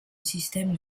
système